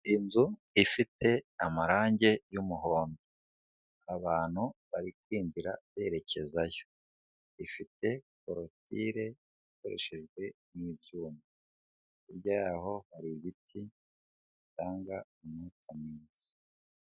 Inzu ifite amarangi y'umuhondo abantu bari kwinjira berekezayo, ifite koroture ikoreshejwe n'ibyuma, hirya yaho hari ibiti bitanga umwuka mwiza.